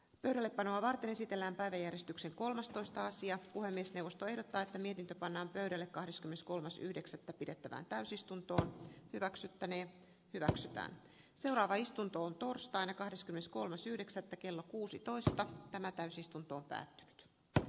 pöydällepanoa varten esitellään päiväjärjestyksen kolmastoista sija puhemiesneuvosto ehdottaa että mietintö pannaan pöydälle kahdeskymmeneskolmas yhdeksättä pidettävään täysistunto hyväksyttäneen hyväksytään seuraava istuntoon torstaina kahdeskymmeneskolmas yhdeksättä niin tämä kannattaa ottaa niissä mielestäni huomioon